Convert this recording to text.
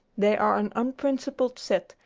they are an unprincipled set,